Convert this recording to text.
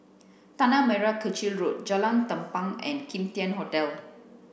Tanah Merah Kechil Road Jalan Tampang and Kim Tian Hotel